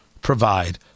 provide